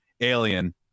Alien